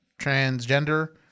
transgender